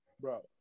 bro